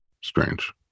strange